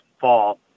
fall